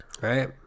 right